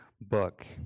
book